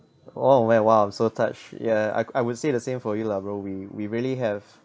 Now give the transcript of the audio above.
oh where !wow! so touched ya I I would say the same for you lah bro we we really have